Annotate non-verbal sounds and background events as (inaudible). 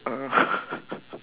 uh (laughs)